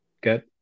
Good